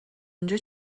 اونجا